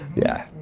yeah.